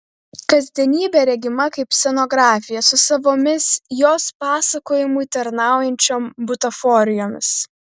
kasdienybė regima kaip scenografija su savomis jos pasakojimui tarnaujančiom butaforijomis